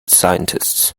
scientists